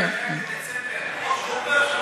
אתה טועה,